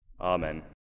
Amen